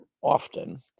often